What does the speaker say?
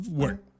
work